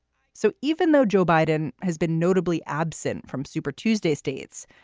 so even though joe biden has been notably absent from super tuesday states,